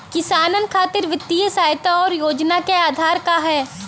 किसानन खातिर वित्तीय सहायता और योजना क आधार का ह?